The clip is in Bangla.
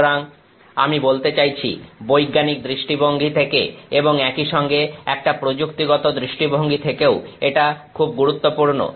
সুতরাং আমি বলতে চাইছি বৈজ্ঞানিক দৃষ্টিভঙ্গি থেকে এবং একইসঙ্গে একটা প্রযুক্তিগত দৃষ্টিভঙ্গি থেকেও এটা খুব গুরুত্বপূর্ণ